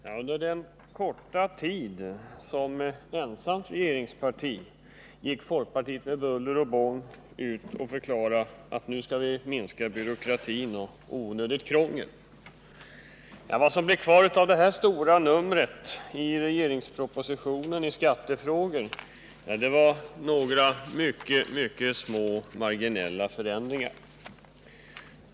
Herr talman! Under sin korta tid som ensamt regeringsparti gick folkpartiet med buller och bång ut och förklarade att nu skulle man minska byråkrati och onödigt krångel. Vad som blev kvar av det stora numret i regeringspropositionen beträffande skattefrågor var några mycket små marginella förändringar.